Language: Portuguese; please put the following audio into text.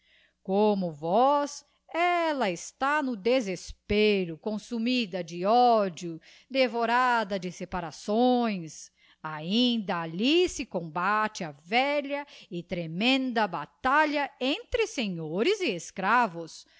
como vós ella está no desespero consumida de ódio devorada de separações ainda alli se combate a velha e tremenda batalha entre senhores e escravos